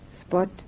spot